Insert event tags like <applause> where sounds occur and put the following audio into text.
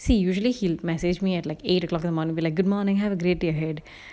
see usually he'll message me at like eight o'clock in the morning like good morning have a great day ahead <breath>